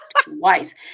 twice